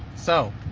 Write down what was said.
so.